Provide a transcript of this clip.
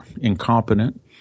incompetent